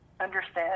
understand